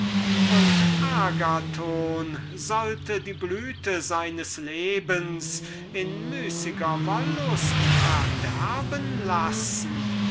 tugend und agathon sollte die blüte seines lebens in müßiger wollust verderben lassen